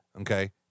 okay